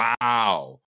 wow